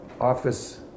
office